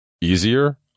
easier